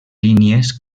línies